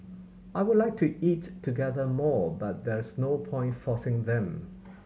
I would like to eat together more but there is no point forcing them